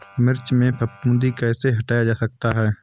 मिर्च में फफूंदी कैसे हटाया जा सकता है?